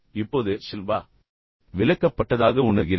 இப்போது ஷில்பா விலக்கப்பட்டதாக உணர்கிறார்